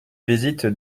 visites